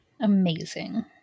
Amazing